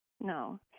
no